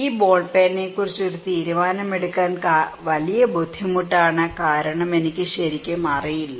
ഈ ബോൾ പേനയെക്കുറിച്ച് ഒരു തീരുമാനമെടുക്കാൻ വളരെ ബുദ്ധിമുട്ടാണ് കാരണം എനിക്ക് ശരിക്കും അറിയില്ല